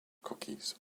cookies